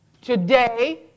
today